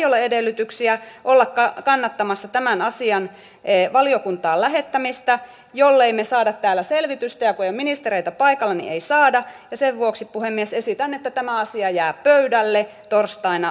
alle edellytyksiä olla kannattamassa tämän asian ei valiokuntaan lähettämistä jollemme saada täällä selvitystä ministereitä paikallani ei saada sen vuoksi puhemies esitän että tämä asia jää pöydälle torstaina